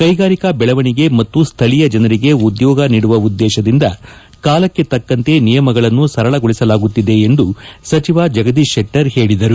ಕೈಗಾರಿಕಾ ಬೆಳವಣಿಗೆ ಮತ್ತು ಸ್ಥಳೀಯ ಜನರಿಗೆ ಉದ್ಯೋಗ ನೀಡುವ ಉದ್ದೇಶದಿಂದ ಕಾಲಕ್ಕೆ ತಕ್ಕಂತೆ ನಿಯಮಗಳನ್ನು ಸರಳಗೊಳಿಸಲಾಗುತ್ತಿದೆ ಎಂದು ಸಚಿವ ಜಗದೀಶ್ ಶೆಟ್ಟರ್ ಹೇಳಿದರು